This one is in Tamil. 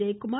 ஜெயக்குமார்